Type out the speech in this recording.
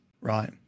right